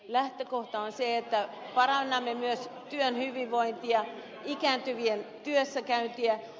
lähtökohta on se että parannamme myös työhyvinvointia ikääntyvien työssäkäyntiä